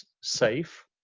safe